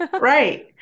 Right